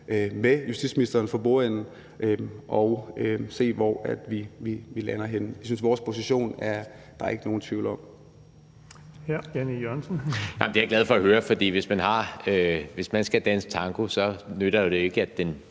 med justitsministeren for bordenden at se, hvor vi lander henne. Vores position er der ikke nogen tvivl om.